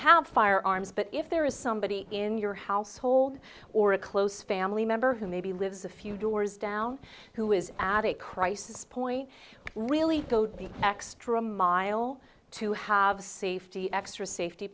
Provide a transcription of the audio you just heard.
how firearms but if there is somebody in your household or a close family member who may be lives a few doors down who is at a crisis point really go the extra mile to have safety extra safety